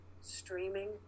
streaming